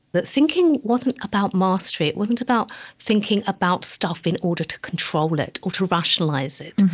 that thinking wasn't about mastery. it wasn't about thinking about stuff in order to control it or to rationalize it.